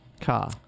car